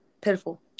Pitiful